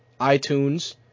iTunes